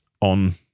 on